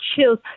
chills